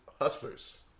Hustlers